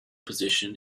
position